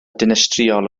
dinistriol